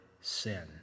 sin